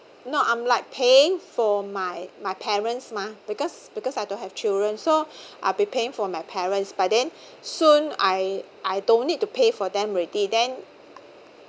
no I'm like paying for my my parents mah because because I don't have children so I'll be paying for my parents but then soon I I don't need to pay for them already then